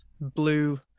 blue